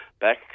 back